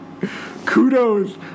Kudos